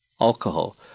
alcohol